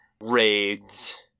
Raids